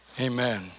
amen